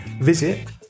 Visit